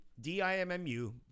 D-I-M-M-U